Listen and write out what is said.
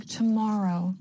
tomorrow